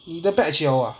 你的 batch 有 ah